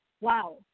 Wow